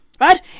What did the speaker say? Right